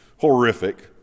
horrific